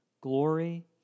glory